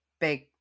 big